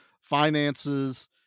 finances